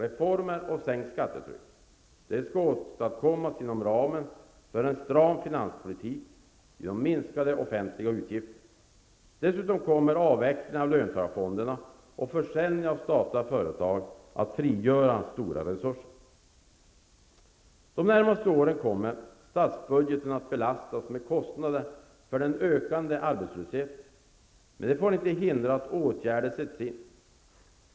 Reformer och sänkt skattetryck skall åstadkommas inom ramen för en stram finanspolitik genom minskade offentliga utgifter. Dessutom kommer avvecklingen av löntagarfonderna och försäljningen av statliga företag att frigöra stora resurser. Under de närmaste åren kommer statsbudgeten att belastas med kostnader för den ökande arbetslösheten, men det får inte hindra att åtgärder sätts in.